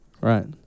Right